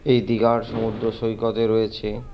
এই দিঘার সমুদ্র সৈকতে রয়েছে